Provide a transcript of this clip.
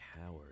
Howard